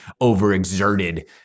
overexerted